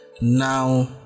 now